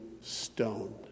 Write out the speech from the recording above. stone